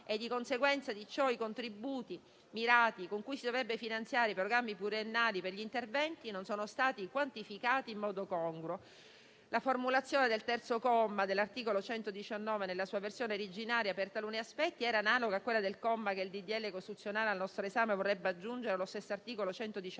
In conseguenza di ciò, i contributi mirati, con cui si dovrebbero finanziare i programmi pluriennali per gli interventi, non sono stati quantificati in modo congruo. La formulazione del terzo comma dell'articolo 119, nella sua versione originaria, per taluni aspetti era analoga a quella del comma che il disegno di legge costituzionale al nostro esame vorrebbe aggiungere allo stesso articolo 119,